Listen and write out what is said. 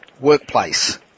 workplace